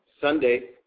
Sunday